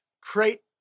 create